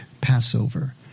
Passover